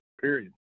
period